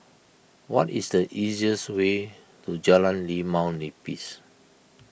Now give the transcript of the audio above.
what is the easiest way to Jalan Limau Nipis